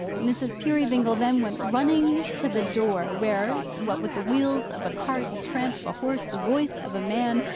mrs. peerybingle then went running to the door, where, what with the wheels of a cart, the tramp of a horse, the voice of a man,